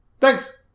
Thanks